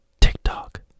TikTok